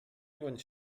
bądź